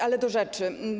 Ale do rzeczy.